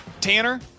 Tanner